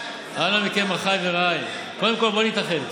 אנא מכם, אחיי ורעיי, קודם כול, בואו נתאחד.